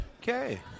Okay